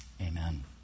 Amen